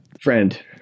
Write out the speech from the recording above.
Friend